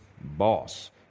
boss